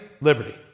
liberty